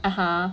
(uh huh)